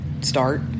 start